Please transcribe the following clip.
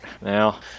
Now